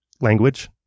language